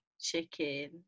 chicken